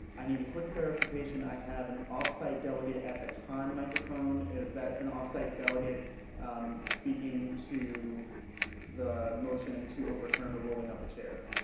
i need a quick clarification. i have an off-site delicate at the con microphone. is that an off-site delegate speaking to the motion to overturn the ruling of the chair?